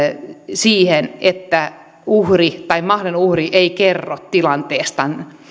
siihen että uhri tai mahdollinen uhri ei kerro tilanteestaan